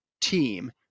team